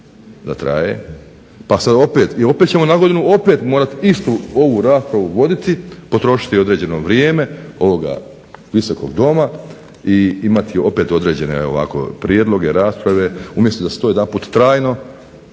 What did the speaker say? da traje, pa sad opet. Opet ćemo na godinu opet morati istu ovu raspravu voditi, potrošiti određeno vrijeme ovoga Visokog doma i imati opet određene ovako prijedloge, rasprave umjesto da se to jedanput trajno,